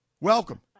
Welcome